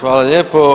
Hvala lijepo.